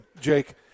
Jake